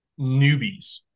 newbies